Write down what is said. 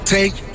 Take